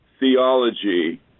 theology